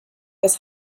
was